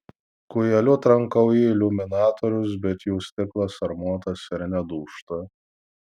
kūjeliu trankau į iliuminatorius bet jų stiklas armuotas ir nedūžta